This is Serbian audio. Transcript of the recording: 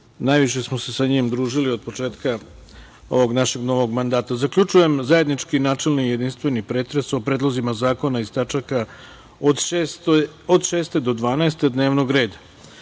najviše smo se sa njim družili od početka ovog našeg novog mandata. Zaključujem zajednički načelni i jedinstveni pretres o predlozima zakona iz tačaka od 6. do 12. dnevnog reda. Pošto